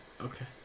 Okay